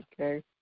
Okay